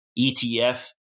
ETF